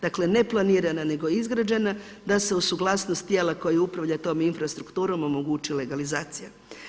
Dakle, ne planirana, nego izgrađena da se uz suglasnost tijela koji upravlja tom infrastrukturom omogući legalizacija.